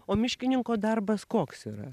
o miškininko darbas koks yra